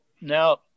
now